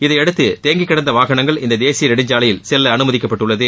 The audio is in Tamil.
இதையடுத்து தேங்கிக் கிடந்த வாகனங்கள் இந்த தேசிய நெடுஞ்சாலையில் செல்ல அனுமதிக்கப்பட்டுள்ளது